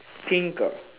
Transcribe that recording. pink ah